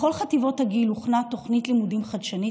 בכל חטיבות הגיל הוכנה תוכנית לימודים חדשנית,